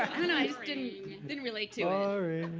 i and i just didn't didn't relate to ah